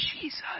Jesus